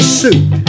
suit